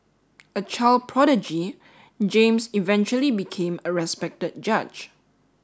a child prodigy James eventually became a respected judge